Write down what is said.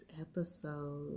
episode